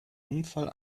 unfall